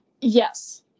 Yes